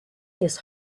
his